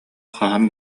хаһан